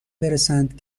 برسند